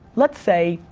let's say,